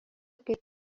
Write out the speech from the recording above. kaip